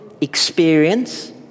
experience